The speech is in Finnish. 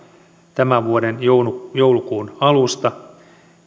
tämän vuoden joulukuun joulukuun alusta